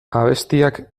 abestiak